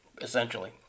essentially